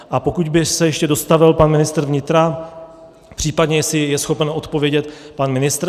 A pokud by se ještě dostavil pan ministr vnitra, případně jestli je schopen odpovědět pan ministr .